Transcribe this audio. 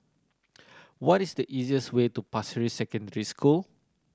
what is the easiest way to Pasir Ris Secondary School